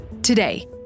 Today